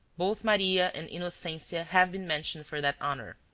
both maria and innocencia have been mentioned for that honor.